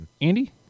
andy